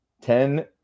ten